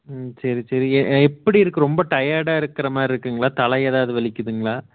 ம் சரி சரி எப்படி இருக்குது ரொம்ப டயர்டாக இருக்கிற மாதிரி இருக்குங்களா தலை ஏதாவது வலிக்குதுங்களா